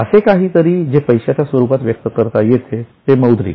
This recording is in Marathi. असे काहीतरी जे पैशाच्या स्वरूपात व्यक्त करता येते ते मौद्रिक